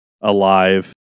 alive